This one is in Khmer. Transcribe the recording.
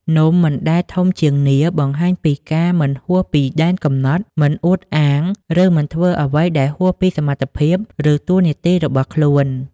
នំមិនដែលធំជាងនាឡិ បង្ហាញពីការមិនហួសពីដែនកំណត់ មិនអួតអាង ឬមិនធ្វើអ្វីដែលហួសពីសមត្ថភាព ឬតួនាទីរបស់ខ្លួន។